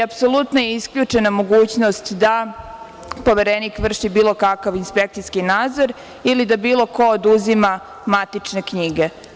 Apsolutno je isključena mogućnost da poverenik vrši bilo kakav inspekcijski nadzor ili da bilo ko oduzima matične knjige.